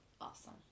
awesome